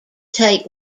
take